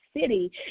city